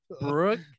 Brooke